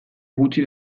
gutxi